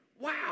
Wow